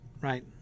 right